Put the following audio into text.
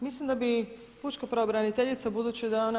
Mislim da bi pučka pravobraniteljica budući da je ona